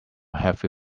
heavy